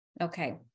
Okay